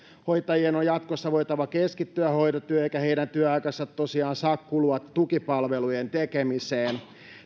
hoitajien on jatkossa voitava keskittyä hoitotyöhön eikä heidän työaikansa tosiaan saa kulua tukipalvelujen tekemiseen